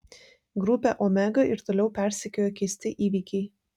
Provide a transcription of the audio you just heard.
grupę omega ir toliau persekioja keisti įvykiai